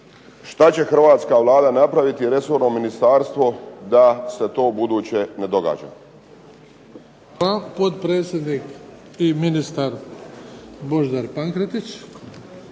Što će hrvatska Vlada napraviti i resorno ministarstvo da se to ubuduće ne događa? **Bebić, Luka (HDZ)** Hvala. Potpredsjednik i ministar Božidar Pankretić.